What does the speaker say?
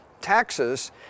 taxes